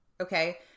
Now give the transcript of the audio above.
okay